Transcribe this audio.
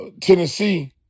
Tennessee